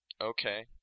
Okay